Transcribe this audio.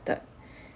the